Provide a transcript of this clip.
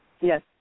Yes